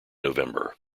november